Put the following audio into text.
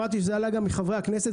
שמעתי שזה עלה גם מחברי הכנסת.